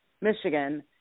Michigan